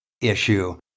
issue